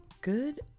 Good